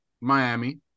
Miami